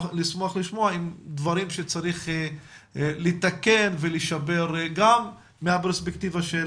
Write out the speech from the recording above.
לשמוע על דברים שצריך לתקן ולשפר גם מהפרספקטיבה של